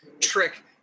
Trick